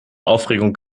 aufregung